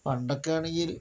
പണ്ടൊക്കെയാണെങ്കിൽ